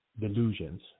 delusions